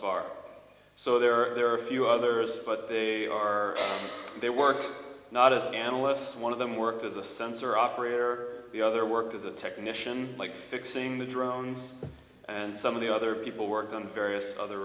far so there are a few others but they are they worked not us analysts one of them worked as a sensor operator the other worked as a technician like fixing the drones and some of the other people worked on various other